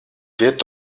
wird